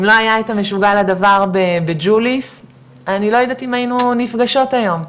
אם לא היה את המשוגע לדבר בג'וליס אני לא יודעת אם היינו נפגשות היום,